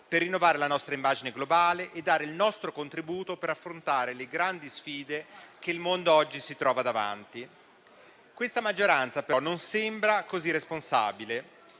per rinnovare la nostra immagine globale e dare il nostro contributo per affrontare le grandi sfide che il mondo oggi si trova davanti. Questa maggioranza, però, non sembra così responsabile.